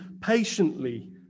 patiently